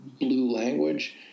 language